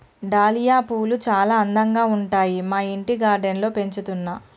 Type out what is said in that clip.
dahlia పూలు చాల అందంగా ఉంటాయి మా ఇంటి గార్డెన్ లో పెంచుతున్నా